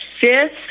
fifth